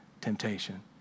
temptation